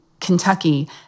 Kentucky